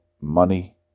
money